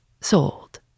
sold